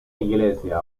iglesia